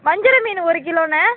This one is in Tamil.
வஞ்சிரம் மீன் ஒரு கிலோண்ணா